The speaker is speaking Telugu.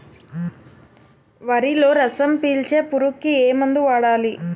వరిలో రసం పీల్చే పురుగుకి ఏ మందు వాడాలి?